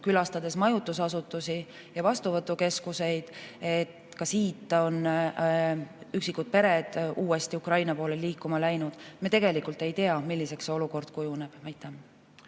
külastasin majutusasutusi ja vastuvõtukeskuseid – ka siit on üksikud pered Ukraina poole liikuma läinud. Me tegelikult ei tea, milliseks olukord kujuneb. Aitäh,